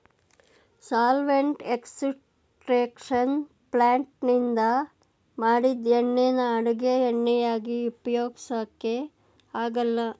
solvent extraction ಪ್ಲಾಂಟ್ನಿಂದ ಮಾಡಿದ್ ಎಣ್ಣೆನ ಅಡುಗೆ ಎಣ್ಣೆಯಾಗಿ ಉಪಯೋಗ್ಸಕೆ ಆಗಲ್ಲ